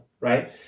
Right